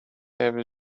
there